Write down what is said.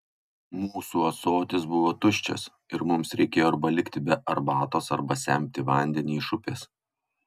mūsų ąsotis buvo tuščias ir mums reikėjo arba likti be arbatos arba semti vandenį iš upės